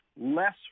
less